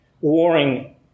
warring